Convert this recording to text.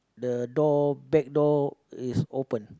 the door back door is open